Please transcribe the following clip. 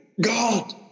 God